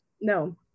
No